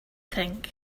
think